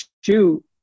shoot